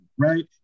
Right